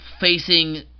facing